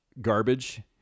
garbage